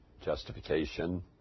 justification